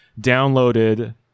downloaded